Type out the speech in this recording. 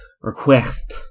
Request